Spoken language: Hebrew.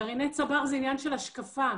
גרעיני צבר זה עניין של השקפה,